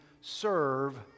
serve